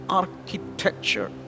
architecture